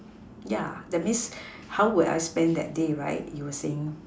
yeah that means how will I spend that day right you were saying